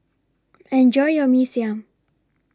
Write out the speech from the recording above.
Enjoy your Mee Siam